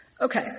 Okay